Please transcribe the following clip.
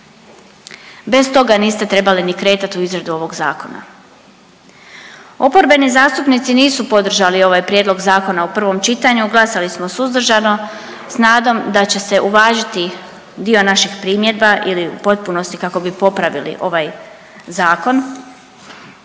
Bez toga niste trebali ni kretati u izradu ovog Zakona. Oporbeni zastupnici nisu podržali ovaj prijedlog zakona u prvom čitanju, glasali smo suzdržano s nadom da će se uvažiti dio naših primjedba ili u potpunosti kako bi popravili ovaj Zakon,